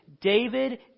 David